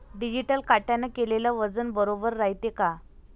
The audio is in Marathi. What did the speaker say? डिजिटल काट्याने केलेल वजन बरोबर रायते का?